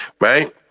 Right